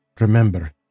remember